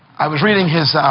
i was reading his,